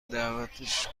دعوتش